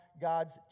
God's